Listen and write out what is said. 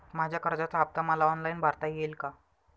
माझ्या कर्जाचा हफ्ता मला ऑनलाईन भरता येईल का?